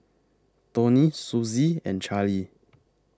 Toni Sussie and Charlee